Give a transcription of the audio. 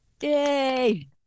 Yay